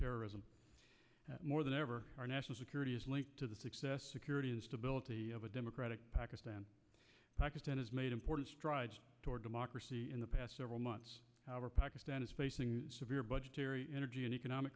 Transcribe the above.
terrorism more than ever our national security is linked to the success security and stability of a democratic pakistan pakistan has made important strides toward democracy in the past several months however pakistan is facing severe budgetary energy and economic